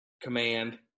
command